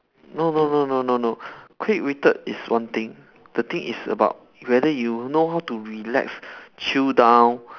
no no no no no no quick-witted is one thing the thing is about whether you know how to relax chill down